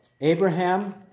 Abraham